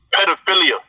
Pedophilia